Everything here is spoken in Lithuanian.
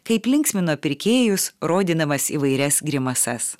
kaip linksmino pirkėjus rodydamas įvairias grimasas